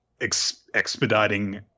expediting